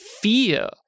fear